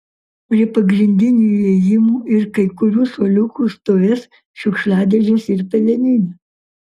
prie pagrindinių įėjimų ir kai kurių suoliukų stovės šiukšliadėžės ir peleninė